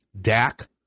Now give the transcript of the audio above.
Dak